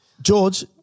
George